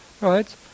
right